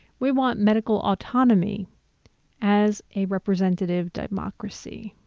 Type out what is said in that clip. we want medical autonomy as a representative democracy,